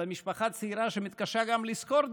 אלא משפחה צעירה שמתקשה גם לשכור דירה,